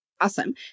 Awesome